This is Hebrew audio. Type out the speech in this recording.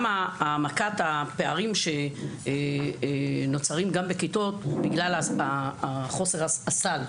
גם העמקת הפערים שנוצרים בכיתות בגלל חוסר הסל.